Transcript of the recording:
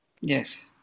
Yes